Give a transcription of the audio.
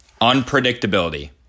Unpredictability